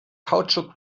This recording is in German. kautschuk